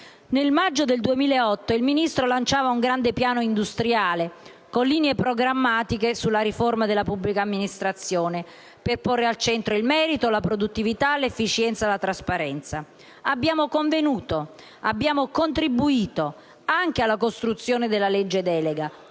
Nel maggio 2008 il Ministro lanciava un grande piano industriale con linee programmatiche sulla riforma della pubblica amministrazione, per porre al centro il merito, la produttività, l'efficienza e la trasparenza. Abbiamo convenuto e contribuito anche alla costruzione della legge delega